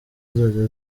zizajya